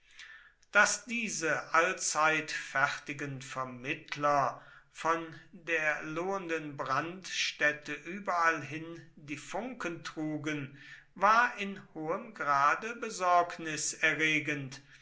daß diese allzeit fertigen vermittler von der lohenden brandstätte überall hin die funken trugen war in hohem grade besorgniserregend